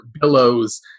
billows